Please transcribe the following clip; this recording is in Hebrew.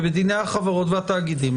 ובדיני החברות והתאגידים,